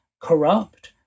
corrupt